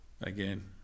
again